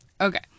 Okay